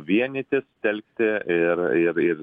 vienytis telkti ir ir ir